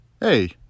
Hey